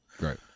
right